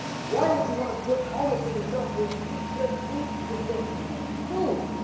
why would you want to put on us on yourself where if you eat certain food you get death from heaven food?